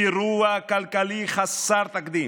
אירוע כלכלי חסר תקדים.